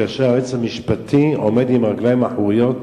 כאשר היועץ המשפטי עומד על הרגליים האחוריות